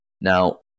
Now